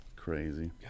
Crazy